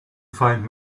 find